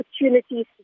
opportunities